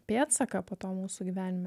pėdsaką po to mūsų gyvenime